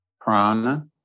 prana